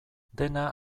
dena